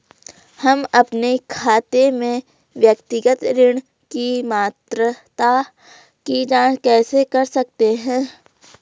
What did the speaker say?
हम अपने खाते में व्यक्तिगत ऋण की पात्रता की जांच कैसे कर सकते हैं?